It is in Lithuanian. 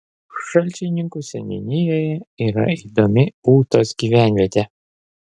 šalčininkų seniūnijoje yra įdomi ūtos gyvenvietė